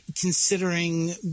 considering